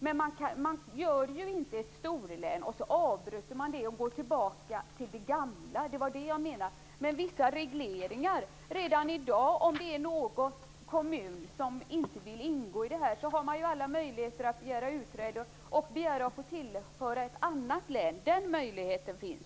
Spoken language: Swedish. Men man gör inte ett storlän och avbryter det och går tillbaka till det gamla. Det var det jag menade. Men vissa regleringar kan man göra. Om det är någon kommun som inte vill ingå i detta har man redan i dag alla möjligheter att begära utträde och begära att få tillhöra ett annat län.